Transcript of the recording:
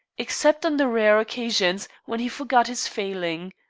except on the rare occasions when he forgot his failing.